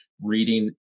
reading